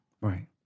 Right